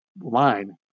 line